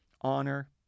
honor